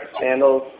sandals